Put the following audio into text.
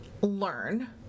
learn